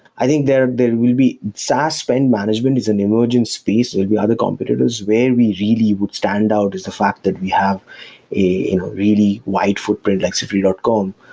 i think there there will be sass spend management is an emergence fee, so with other competitors where we really would stand out is the fact that we have a really wide footprint like siftery dot com,